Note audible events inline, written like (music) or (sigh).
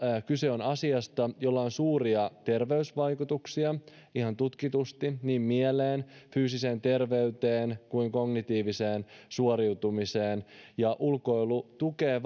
kyse on asiasta jolla on suuria terveysvaikutuksia ihan tutkitusti niin mieleen fyysiseen terveyteen kuin kognitiiviseen suoriutumiseen (unintelligible) (unintelligible) (unintelligible) ja ulkoilu tukee (unintelligible)